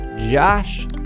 Josh